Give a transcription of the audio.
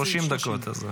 30 דקות.